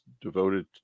devoted